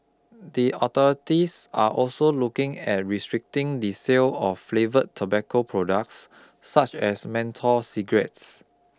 the authorities are also looking at restricting the sale of flavour tobacco products such as menthol cigarettes